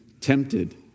tempted